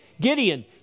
Gideon